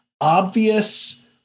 obvious